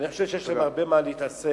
אני חושב שיש עוד הרבה במה להתעסק,